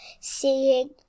seeing